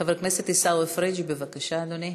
חבר הכנסת עיסאווי פריג' בבקשה, אדוני.